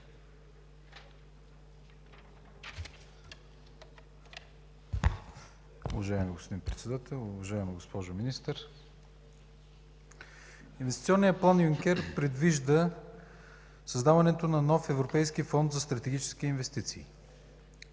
Уважаеми господин Председател, уважаема госпожо Министър! Инвестиционният план Юнкер предвижда създаването на нов Европейски фонд за стратегически инвестиции,